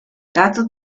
dazu